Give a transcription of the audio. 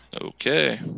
Okay